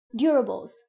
Durables